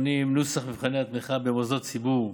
נוסח מבחני התמיכה במוסדות ציבור,